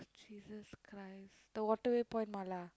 Jesus Christ the Waterway Point mala